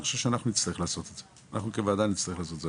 אני חושב שאנחנו כוועדה נצטרך לעשות את זה,